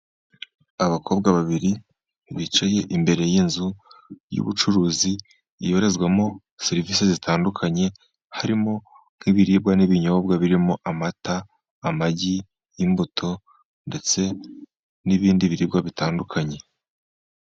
Abakobwa babiri bicaye imbere y'inzu y'ubucuruzi, ibarizwamo serivisi zitandukanye harimo nk'ibiribwa n'ibinyobwa birimo amata, amagi, imbuto ndetse n'ibindi biribwa bitandukanye.